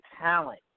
talent